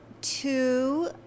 Two